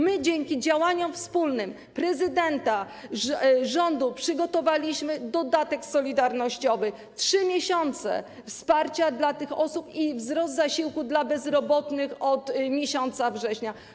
My dzięki działaniom wspólnym prezydenta, rządu przygotowaliśmy dodatek solidarnościowy, 3 miesiące wsparcia dla tych osób i wzrost zasiłku dla bezrobotnych od września.